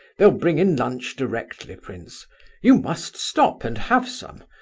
they'll bring in lunch directly, prince you must stop and have some,